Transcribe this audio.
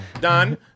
Done